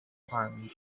army